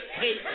hey